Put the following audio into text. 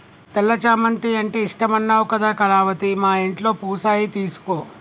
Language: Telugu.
తెల్ల చామంతి అంటే ఇష్టమన్నావు కదా కళావతి మా ఇంట్లో పూసాయి తీసుకో